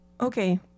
Okay